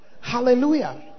Hallelujah